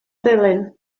ddulyn